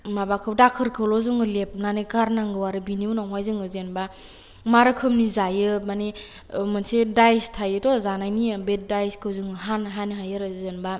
माबाखौ दाखोरखौल' जोङो लेफनानै गारनांगौ आरो बिनि उनावहाय जोङो जेनोबा मा रोखोमनि जायो मानि मोनसे दायस थायोथ' जानायनि बे दायसखौ जोङो हानो हायो आरो जेनबा